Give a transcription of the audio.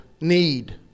need